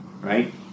right